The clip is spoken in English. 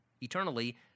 eternally